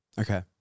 Okay